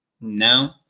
No